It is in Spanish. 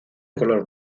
color